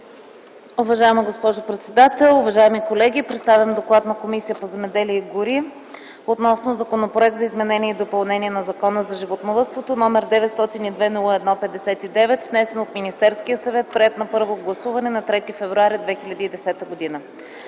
Уважаема госпожо председател, уважаеми колеги! Представям доклада на Комисията по земеделието и горите относно Законопроект за изменение и допълнение на Закона за животновъдството, № 902-01-59, внесен от Министерския съвет, приет на първо гласуване на 3 февруари 2010 г.